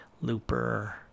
Looper